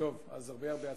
אז הרבה הצלחה.